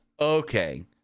okay